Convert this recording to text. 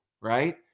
Right